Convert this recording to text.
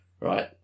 right